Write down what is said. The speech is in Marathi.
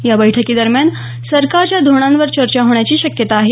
याबैठकी दरम्यान सरकारच्या धोरणांवर चर्चा होण्याची शक्यता आहे